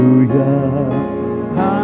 Hallelujah